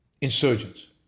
insurgents